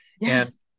Yes